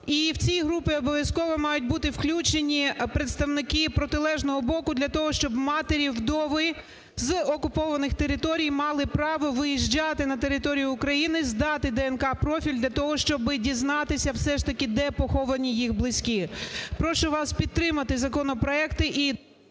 І у цю групу обов'язково мають бути включені представники протилежного боку для того, щоб матері, вдови з окупованих територій мали право виїжджати на територію України, здати ДНК-профіль для того, щоб дізнатися все ж таки, де поховані їх близькі. Прошу вас підтримати законопроекти